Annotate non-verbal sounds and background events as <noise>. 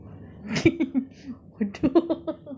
<laughs> bodoh